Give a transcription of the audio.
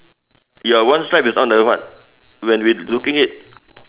your one stripe is on the what when we looking it